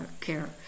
care